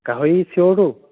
গাহৰি ছিয়'ৰতো